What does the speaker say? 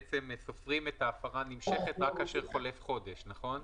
סופרים את ההפרה הנמשכת רק כאשר חולף חודש, נכון?